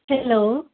hello